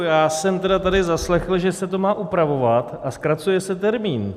Já jsem zaslechl, že se to má upravovat a zkracuje se termín.